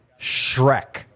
Shrek